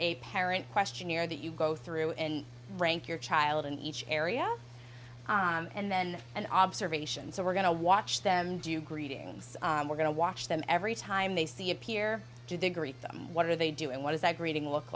a parent questionnaire that you go through and rank your child in each area and then an observation so we're going to watch them do greetings we're going to watch them every time they see appear to degree them what are they doing what is that greeting look